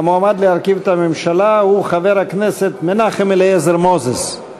המועמד להרכיב את הממשלה הוא חבר הכנסת מנחם אליעזר מוזס.